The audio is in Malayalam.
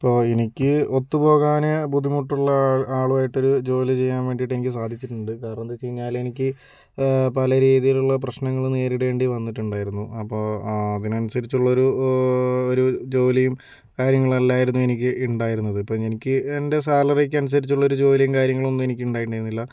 ഇപ്പൊൾ എനിക്ക് ഒത്തുപോകാന് ബുദ്ധിമുട്ടുള്ള ആളുവായിട്ടൊരു ജോലി ചെയ്യാൻ വേണ്ടീട്ട് എനിക്ക് സാധിച്ചിട്ടുണ്ട് കാരണം എന്താന്ന് വച്ച് കഴിഞ്ഞാലെനിക്ക് പല രീതിലുള്ള പ്രശ്നങ്ങള് നേരിടേണ്ടി വന്നിട്ടുണ്ടായിരുന്നു അപ്പൊൾ ആ അതിനനുസരിച്ചുള്ളൊരു ഒരു ജോലീം കാര്യങ്ങളല്ലായിരുന്നു എനിക്കുണ്ടായിരുന്നത് ഇപ്പൊൾ എനിക്ക് എൻ്റെ സാലറിക്കനുസരിച്ചുള്ള ഒരു ജോലീം കാര്യങ്ങളൊന്നും എനിക്കുണ്ടായിരുന്നില്ല